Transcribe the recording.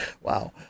wow